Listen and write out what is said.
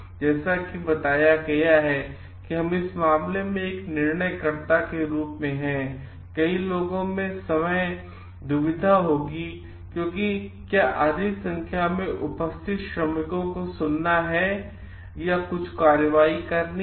अब जैसा कि बताया गया है कि हम इस मामले में एक निर्णयकर्ता रूप में हैं कई लोगों में समय दुविधा होगी क्योंकि क्या अधिक संख्या में उपस्थित श्रमिकों की को सुनना है और कुछ कार्रवाई करनी है